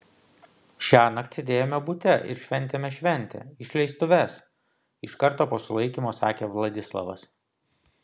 šiąnakt sėdėjome bute ir šventėme šventę išleistuves iš karto po sulaikymo sakė vladislavas